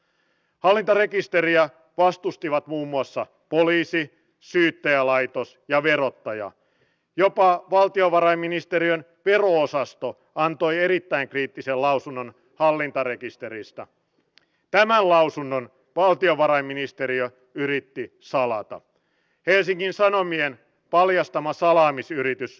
jos nyt perussuomalaisten mielestä maahanmuuttotilanne on hallitsematon voitte olla aivan varmoja siitä että ilmastopakolaisuus muuttaa tilanteen niin että nykytilanne on vain murto osa tulevaisuuden kansainvaelluksista